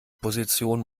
position